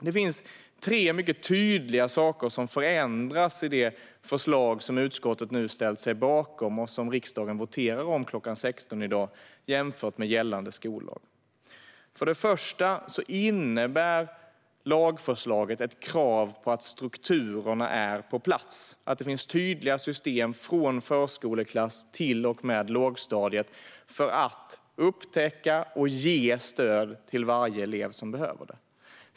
Det finns tre mycket tydliga saker som förändras i det förslag som utskottet nu ställt sig bakom och som riksdagen voterar om kl. 16 i dag, jämfört med gällande skollag. För det första innebär lagförslaget ett krav på att strukturerna är på plats - att det finns tydliga system från förskoleklass till och med lågstadiet för att upptäcka och ge stöd till varje elev som behöver det.